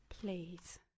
Please